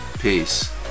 peace